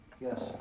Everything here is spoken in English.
Yes